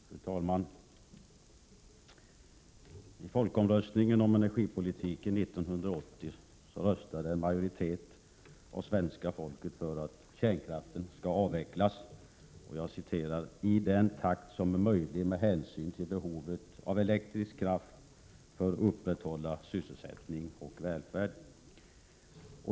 Fru talman! I folkomröstningen om energipolitiken 1980 röstade en majoritet av svenska folket för att kärnkraften skall avvecklas ”i den takt som är möjlig med hänsyn till behovet av elektrisk kraft för att upprätthålla sysselsättning och välfärd”.